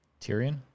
Tyrion